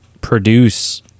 produce